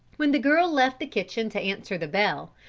when the girl left the kitchen to answer the bell,